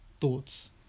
thoughts